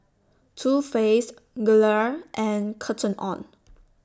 Too Faced Gelare and Cotton on